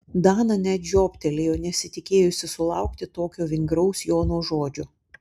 dana net žiobtelėjo nesitikėjusi sulaukti tokio vingraus jono žodžio